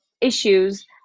issues